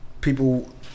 people